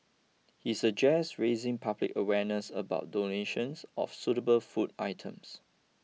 he suggested raising public awareness about donations of suitable food items